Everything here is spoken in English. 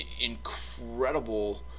incredible